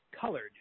colored